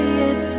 yes